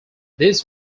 this